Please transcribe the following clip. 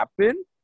happen